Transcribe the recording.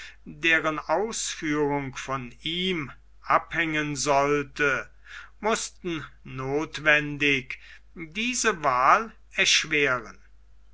deren ausführung von ihm abhängen sollte mußten nothwendig diese wahl erschweren